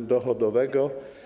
dochodowego.